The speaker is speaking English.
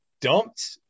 dumped